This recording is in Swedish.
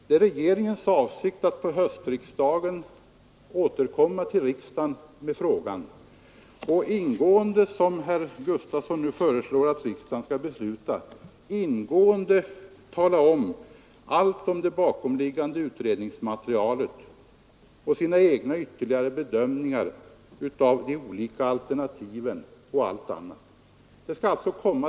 Det är regeringens avsikt att till höstriksdagen återkomma till riksdagen i frågan och ingående — som herr Gustafson nu föreslår att riksdagen skall besluta — redovisa allt om det bakomliggande utredningsmaterialet och sina egna ytterligare bedömningar av de olika alternativen och allt annat.